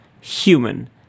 Human